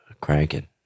cranking